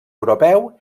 europeu